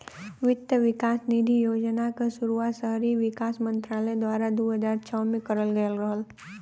वित्त विकास निधि योजना क शुरुआत शहरी विकास मंत्रालय द्वारा दू हज़ार छह में करल गयल रहल